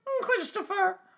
Christopher